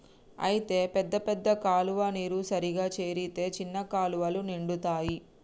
అయితే పెద్ద పెద్ద కాలువ నీరు సరిగా చేరితే చిన్న కాలువలు నిండుతాయి